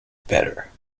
better